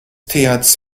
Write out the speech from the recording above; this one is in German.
thc